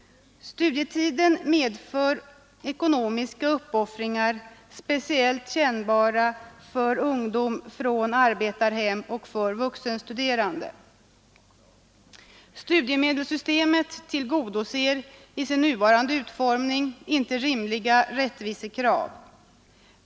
Studietiden medför ekonomiska uppoffringar, speciellt kännbara för ungdomar från arbetarhem och för vuxenstuderande. Studiemedelssystemet tillgodoser i sin nuvarande utformning inte rimliga rättvisekrav.